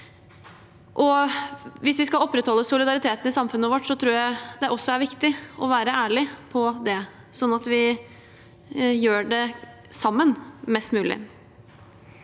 Hvis vi skal opprettholde solidariteten i samfunnet vårt, tror jeg det er viktig å være ærlig om det, sånn at vi gjør det sammen i størst mulig